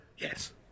Yes